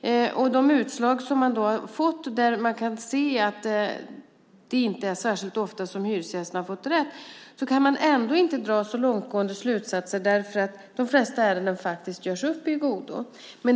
Av de utslag som finns kan man se att det inte är särskilt ofta som hyresgästen har fått rätt, men man kan ändå inte dra så långtgående slutsatser därför att de flesta ärenden faktiskt görs upp i godo.